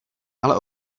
ale